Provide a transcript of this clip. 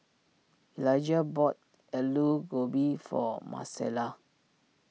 Elijah bought Alu Gobi for Marcella